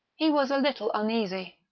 he was a little uneasy.